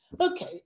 Okay